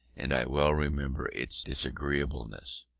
and i well remember its disagreeableness.